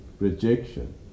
rejection